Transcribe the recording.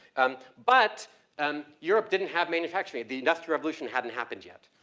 and but and europe didn't have manufacturing. the industrial revolution hadn't happened yet.